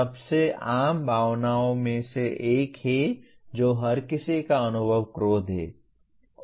सबसे आम भावनाओं में से एक है जो हर किसी का अनुभव क्रोध है